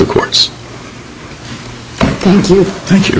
courts thank you